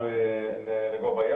לפעמים זה גם זרז לתיקונים נדרשים.